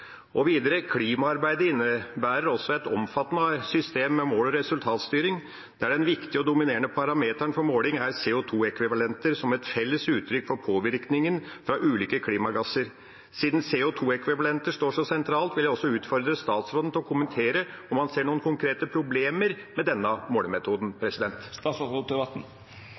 Og videre: Klimaarbeidet innebærer også et omfattende system med mål- og resultatstyring, der den viktige og dominerende parameteren for måling er CO 2 -ekvivalenter som et felles uttrykk for påvirkningen fra ulike klimagasser. Siden CO 2 -ekvivalenter står så sentralt, vil jeg også utfordre statsråden til å kommentere om han ser noen konkrete problemer med denne målemetoden.